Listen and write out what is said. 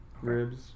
ribs